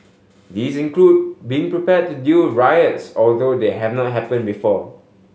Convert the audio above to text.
these include being prepared to deal riots although they have not happen before